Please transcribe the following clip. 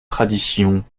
traditions